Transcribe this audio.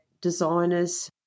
designers